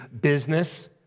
business